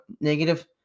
negative